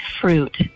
fruit